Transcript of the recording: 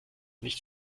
nicht